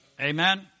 Amen